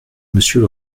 monsieur